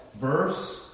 verse